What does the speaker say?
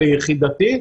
ליחידתי,